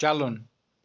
چلُن